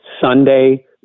Sunday